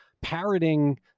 parroting